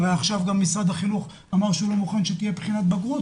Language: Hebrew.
הרי עכשיו משרד החינוך גם אמר שהוא לא מוכן שתהיה בחינת בגרות,